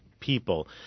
People